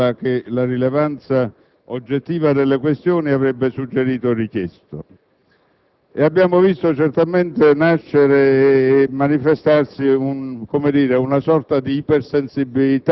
Signor Presidente, vorrei esprimere in breve la posizione del mio Gruppo, che è favorevole al mantenimento del testo della Commissione